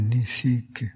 Nisik